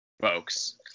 folks